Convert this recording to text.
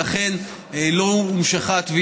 ולכן התביעה לא נמשכה.